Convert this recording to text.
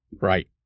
Right